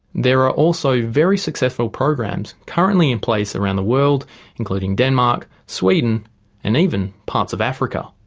there are also very successful programs currently in place around the world including denmark, sweden and even parts of africa.